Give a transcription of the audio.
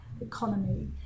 economy